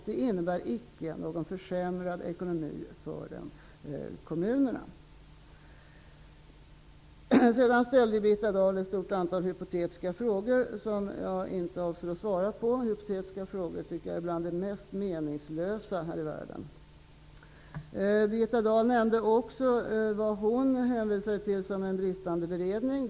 Det innebär icke någon försämrad ekonomi för kommunerna. Sedan ställde Birgitta Dahl ett stort antal hypotetiska frågor som jag inte avser att svara på. Jag tycker att hypotetiska frågor är bland det mest meningslösa här i världen. Birgitta Dahl nämnde också vad hon hänvisade till som en bristande beredning.